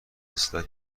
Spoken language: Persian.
اسلاید